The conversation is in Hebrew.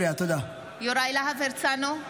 יוראי להב הרצנו,